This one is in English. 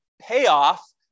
payoff